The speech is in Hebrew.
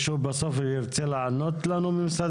בסוף מישהו ממשרד המשפטים ירצה לענות לנו?